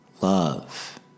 Love